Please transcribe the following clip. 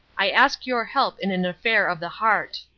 i ask your help in an affair of the heart.